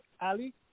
Ali